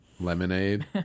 lemonade